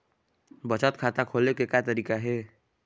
बचत खाता खोले के का तरीका हे?